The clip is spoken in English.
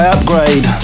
Upgrade